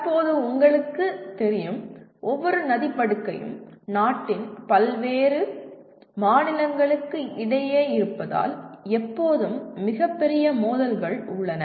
தற்போது உங்களுக்குத் தெரியும் ஒவ்வொரு நதிப்படுகையும் நாட்டின் பல்வேறு மாநிலங்களுக்கு இடையே இருப்பதால் எப்போதும் மிகப் பெரிய மோதல்கள் உள்ளன